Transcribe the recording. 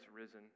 risen